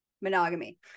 monogamy